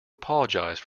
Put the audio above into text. apologize